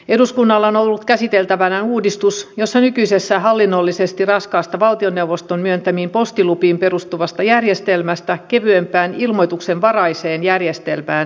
eduskunnalla on ollut käsiteltävänään uudistus jossa nykyisestä hallinnollisesti raskaasta valtioneuvoston myöntämiin postilupiin perustuvasta järjestelmästä siirryttäisiin kevyempään ilmoituksenvaraiseen järjestelmään